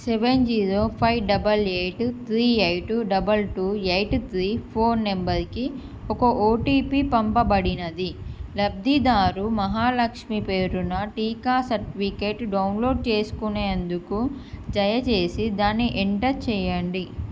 seven zero five double eight three eight double two eight three phone నంబర్కి ఒక OTP పంపబడినది లబ్ధిదారు మహాలక్ష్మి పేరున టీకా సర్టిఫికేట్ డౌన్లోడ్ చేసుకునేందుకు దయచేసి దాన్ని ఎంటర్ చేయండి